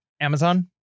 Amazon